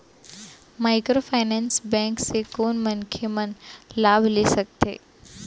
Microfinance bank से कोन मनखे मन लाभ ले सकथे?